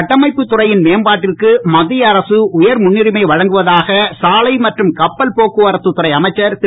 கட்டமைப்புத் துறையின் மேம்பாட்டிற்கு மத்திய அரசு உயர் முன்னுரிமை வழங்குவதாக சாலை மற்றும் கப்பல் போக்குவரத்துத் துறை அமைச்சர் திரு